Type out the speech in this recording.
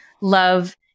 love